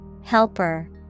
Helper